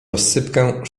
rozsypkę